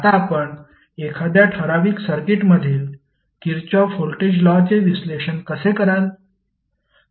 आता आपण एखाद्या ठराविक सर्किटमधील किरचॉफ व्होल्टेज लॉ चे विश्लेषण कसे कराल